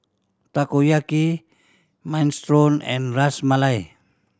Takoyaki Minestrone and Ras Malai